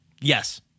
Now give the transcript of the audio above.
Yes